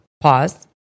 Pause